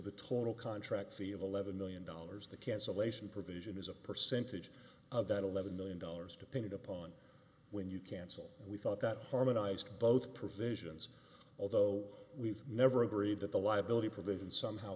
the total contract fee of eleven million dollars the cancellation provision is a percentage of that eleven million dollars depending upon when you cancel and we thought that harmonized both provisions although we've never agreed that the liability provision somehow